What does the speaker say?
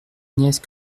nièce